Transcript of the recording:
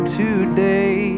today